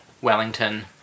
Wellington